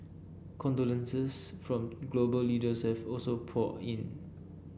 condolences from global leaders have also poured in